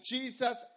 Jesus